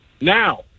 now